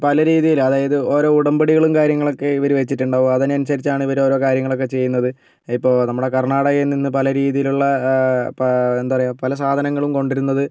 പല രീതിയിൽ അതായത് ഓരോ ഉടമ്പടികളും കരിയങ്ങളൊക്കെ ഇവർ വെച്ചിട്ടുണ്ടാകും അതിന് അതിനനുസരിച്ചാണ് ഇവർ ഓരോ കാര്യങ്ങളൊക്കെ ചെയ്യുന്നത് ഇപ്പോൾ നമ്മുടെ കർണാടകയിൽ നിന്ന് പല രീതിയിലുള്ള എന്താ പറയുക പല സാധനങ്ങളും കൊണ്ട് വരുന്നത്